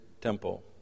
temple